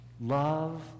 love